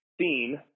seen